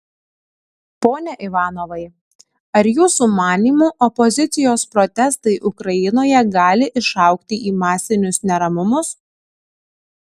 pone ivanovai ar jūsų manymu opozicijos protestai ukrainoje gali išaugti į masinius neramumus